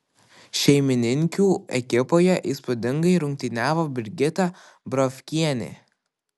šeimininkių ekipoje įspūdingai rungtyniavo brigita brovkienė